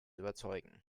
überzeugen